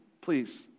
please